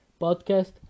podcast